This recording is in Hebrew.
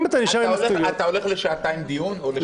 אם אתה נשאר עם ההסתייגויות --- אתה הולך לשעתיים דיון או לשעה?